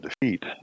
defeat